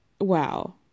Wow